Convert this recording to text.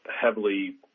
heavily